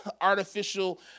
artificial